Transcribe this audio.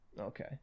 Okay